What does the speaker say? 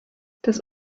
das